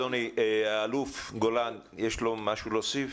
האלוף גולן, יש לו משהו להוסיף?